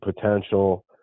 potential